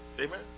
Amen